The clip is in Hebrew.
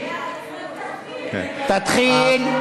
לקום ולדבר, תתחיל,